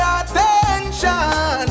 attention